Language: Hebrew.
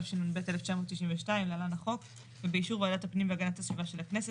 תשנ"ב- 1992 להלן החוק ובאישור וועדת הפנים והגנת הסביבה של הכנסת,